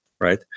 right